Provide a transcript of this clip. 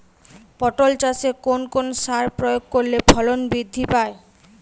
পটল চাষে কোন কোন সার প্রয়োগ করলে ফলন বৃদ্ধি পায়?